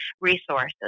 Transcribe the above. resources